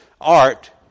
art